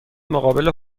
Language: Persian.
مقابل